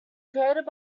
created